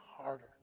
harder